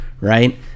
right